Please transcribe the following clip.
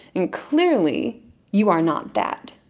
and clearly you are not that.